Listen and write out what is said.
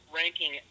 ranking